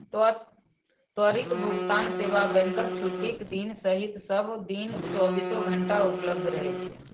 त्वरित भुगतान सेवा बैंकक छुट्टीक दिन सहित सब दिन चौबीसो घंटा उपलब्ध रहै छै